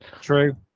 True